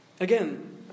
Again